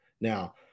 Now